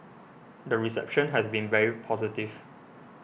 the reception has been very positive